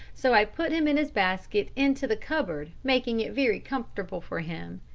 so i put him in his basket into the cupboard, making it very comfortable for him,